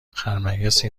خرمگسی